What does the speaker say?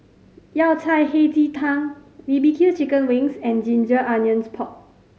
Yao Cai Hei Ji Tang B B Q chicken wings and ginger onions pork